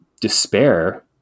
despair